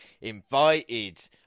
invited